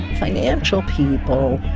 financial people,